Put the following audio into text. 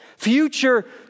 future